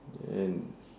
then